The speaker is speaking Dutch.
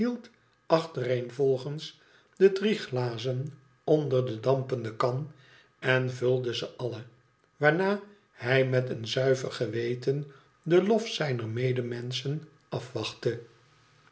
achtereenvolgens de drie glazen onder de dampende kan en vulde ze alle waarna hij meteen zuiver geweten den lof zijner medemenschen afwachtte